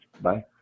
Bye